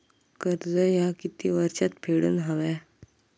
कर्ज ह्या किती वर्षात फेडून हव्या?